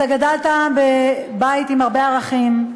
אתה גדלת בבית עם הרבה ערכים.